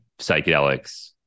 psychedelics